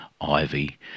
ivy